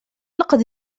لقد